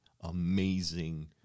amazing